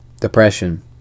depression